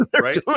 right